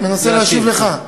מנסה להשיב לך.